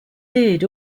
did